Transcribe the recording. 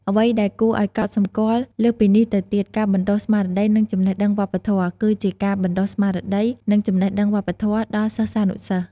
អ្វីដែលគួរអោយកត់សម្គាល់លើសពីនេះទៅទៀត ការបណ្ដុះស្មារតី និងចំណេះដឹងវប្បធម៌ គឺជាការបណ្ដុះស្មារតី និងចំណេះដឹងវប្បធម៌ ដល់សិស្សានុសិស្ស។